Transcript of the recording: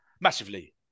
massively